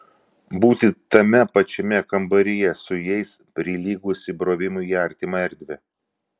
būti tame pačiame kambaryje su jais prilygo įsibrovimui į artimą erdvę